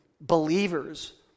believers